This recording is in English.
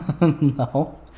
No